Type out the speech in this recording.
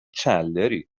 چندلری